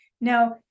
Now